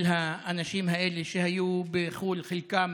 אל האנשים האלה, שהיו בחו"ל חלקם